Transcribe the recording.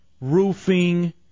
roofing